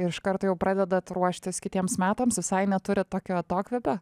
iš karto jau pradedat ruoštis kitiems metams visai neturit tokio atokvėpio